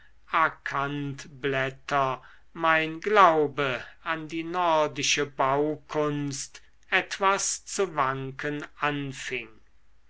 akanthblätter mein glaube an die nordische baukunst etwas zu wanken anfing